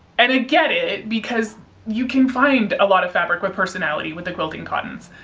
and ah get it because you can find a lot of fabric with personality with the quilting cottons.